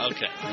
Okay